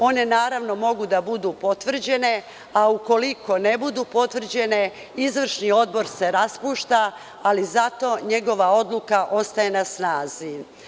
One naravno mogu da budu potvrđene, a ukoliko ne budu potvrđene izvršni odbor se raspušta, ali zato njegova odluka ostaje na snazi.